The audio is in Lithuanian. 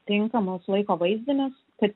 tinkamus laiko vaizdinius kad